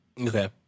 Okay